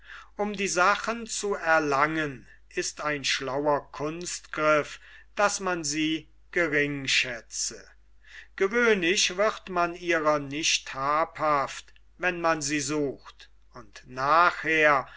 um die sachen zu erlangen ist ein schlauer kunstgriff daß man sie geringschätze gewöhnlich wird man ihrer nicht habhaft wann man sie sucht und nachher